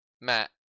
Matt